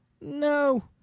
No